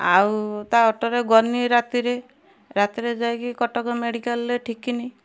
ଆଉ ତା ଅଟୋରେ ଗନି ରାତିରେ ରାତିରେ ଯାଇକି କଟକ ମେଡ଼ିକାଲରେ ଠିକିନି